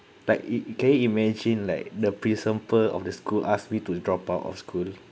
like it can you imagine like the principal of the school asked me to drop out of school